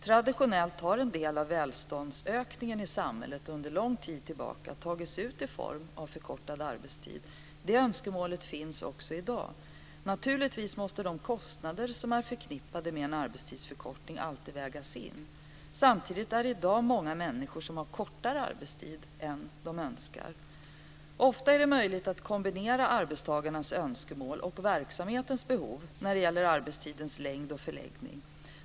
Traditionellt har en del av välståndsökningen i samhället sedan lång tid tillbaka tagits ut i form av förkortad arbetstid. Det önskemålet finns också i dag. Naturligtvis måste de kostnader som är förknippade med en arbetstidsförkortning alltid vägas in. Samtidigt är det i dag många människor som har kortare arbetstid än de önskar. Ofta är det möjligt att kombinera arbetstagarnas önskemål och verksamhetens behov när det gäller arbetstidens längd och förläggning.